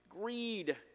greed